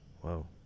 whoa